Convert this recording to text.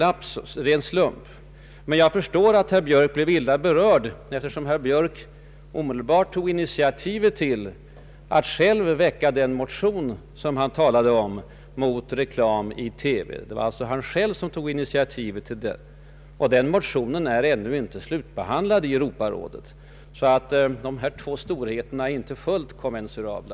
Jag förstår emellertid att herr Björk blev illa berörd av Europarådsförsamlingens ställningstagande, eftersom herr Björk omedelbart tog initiativet till att själv väcka den motion mot reklam i TV som han här i kammaren talade om. Det var alltså han själv som tog initiativet, och motionen är ännu inte slutbehandlad i Europarådet. Europarådets beslut och herr Björks motion är alltså inte kommensurabla.